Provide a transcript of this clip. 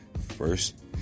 first